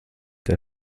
der